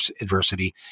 adversity